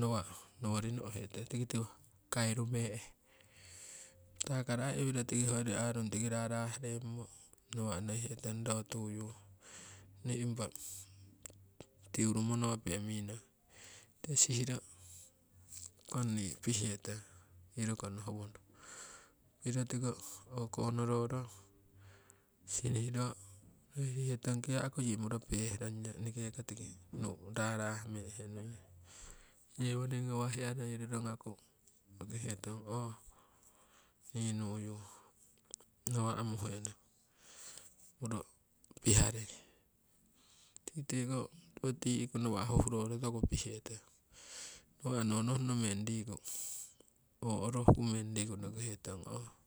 nawa' nowori no'hee te tiki tiwo kairu meehe patakaro aii iwiro hoyori arung tiki rahrah remmo nawa' nokihe tong ro tuyu nii impa tiuru monope minong tiki sihiro konni pihetong tii rokono howono. Piro tiko okonororo sihiriro, nohirihe tong kiyaku yii muroo peh rongyo eneke ko tiki nu'u rahrah meehe nuiyong, yewoning ngawah hiya noi rorogaku nokihe tong oho nii nuyu nawa' muhenong muro piharei tiki teko tiwo tihkuu nawa' huhroro toku pihetong nawa' nonohno riku orohku meng riku nokihetong oho.